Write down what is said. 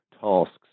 tasks